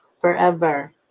forever